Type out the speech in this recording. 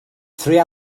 three